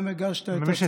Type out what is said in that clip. אני מבין שהתחלת?